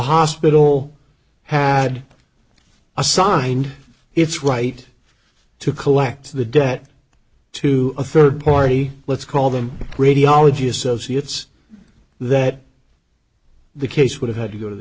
hospital had assigned it's right to collect the debt to a third party let's call them radiology associates that the case would have had to go to the